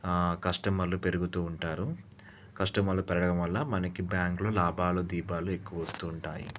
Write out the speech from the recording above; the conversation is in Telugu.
కస్టమర్లు పెరుగుతూ ఉంటారు కస్టమర్లు పెరగడం వల్ల మనకి బ్యాంక్లో లాభాలు దీపాలు ఎక్కువ వస్తుంటాయి